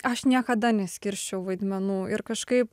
aš niekada neskirsčiau vaidmenų ir kažkaip